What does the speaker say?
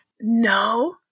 No